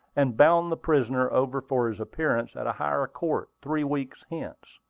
and bound the prisoner over for his appearance at a higher court, three weeks hence.